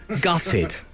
Gutted